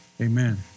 amen